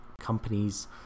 companies